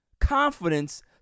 confidence